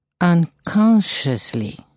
unconsciously